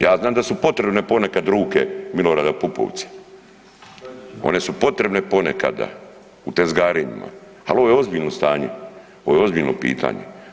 Ja znam da su potrebne ponekad ruke Milorada Pupovca, one su potrebne ponekada u tezgarenjima, ali ovo je ozbiljno stanje, ovo je ozbiljno pitanje.